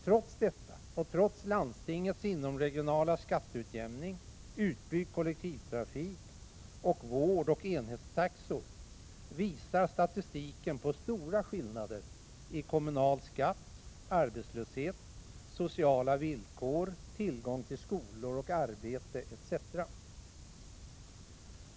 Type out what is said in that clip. Trots detta och trots landstingets inomregionala skatteutjämning, utbyggd kollektivtrafik och vård och enhetstaxor, visar statistiken på stora skillnader i kommunal skatt, arbetslöshet, sociala villkor, tillgång till skolor och arbete etc.